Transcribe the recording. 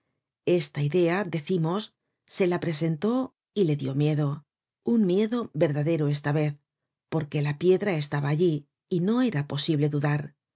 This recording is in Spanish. esta idea decimos se la presentó y le dió miedo un miedo verdadero esta vez porque la piedra estaba allí y no era posible dudar no